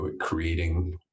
creating